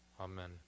Amen